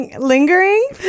lingering